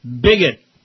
Bigot